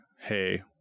hey